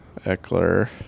Eckler